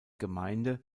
gemeinde